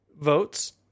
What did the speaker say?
votes